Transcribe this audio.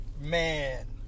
Man